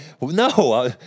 no